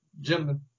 Gentlemen